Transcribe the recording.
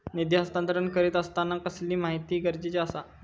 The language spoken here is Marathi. निधी हस्तांतरण करीत आसताना कसली माहिती गरजेची आसा?